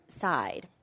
side